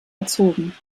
erzogen